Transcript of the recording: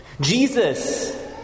Jesus